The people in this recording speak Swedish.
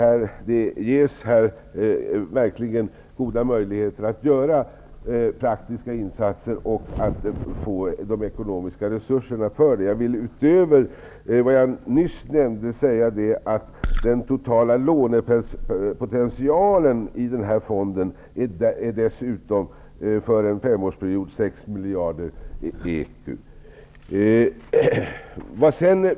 Här ges det verkligen goda möjligheter att göra praktiska insatser och att få de ekonomiska resurserna för det. Utöver det jag nyss nämnde vill jag säga att den totala lånepotentialen i den här fonden för en femårsperiod är 6 miljarder ecu.